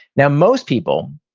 now most people,